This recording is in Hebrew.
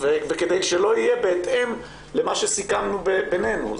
וכדי שלא יהיה בהתאם למה שסיכמנו בינינו.